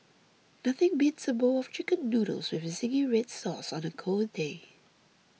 nothing beats a bowl of Chicken Noodles with Zingy Red Sauce on a cold day